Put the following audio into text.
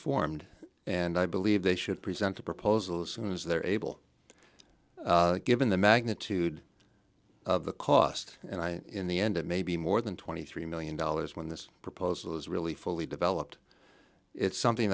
formed and i believe they should present the proposals and if they're able to given the magnitude of the cost and i in the end it may be more than twenty three million dollars when this proposal is really fully developed it's something